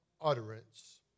utterance